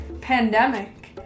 pandemic